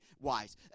wise